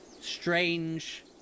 strange